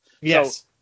Yes